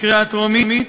בקריאה הטרומית,